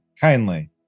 kindly